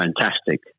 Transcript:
fantastic